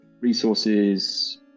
resources